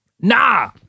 Nah